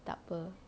takpe